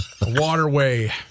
Waterway